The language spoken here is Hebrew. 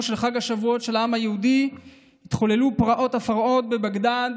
של חג השבועות של העם היהודי התחוללו פרעות הפרהוד בבגדאד,